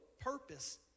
purpose